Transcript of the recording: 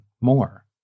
more